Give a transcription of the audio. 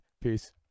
peace